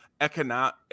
economic